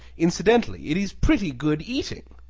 incidentally, it is pretty good eating.